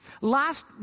Last